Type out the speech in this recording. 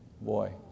Boy